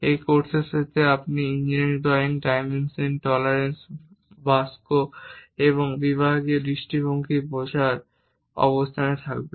এই কোর্সের শেষে আপনি ইঞ্জিনিয়ারিং ড্রয়িং ডাইমেনশন টলারেন্স বাক্স এবং বিভাগীয় দৃষ্টিভঙ্গি বোঝার অবস্থানে থাকবেন